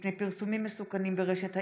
מפני פרסומים מסוכנים ברשת האינטרנט,